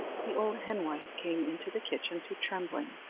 the old henwife came into the kitchen to trembling,